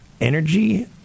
Energy